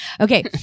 Okay